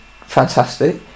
Fantastic